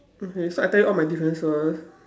okay so I tell you all my differences